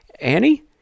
Annie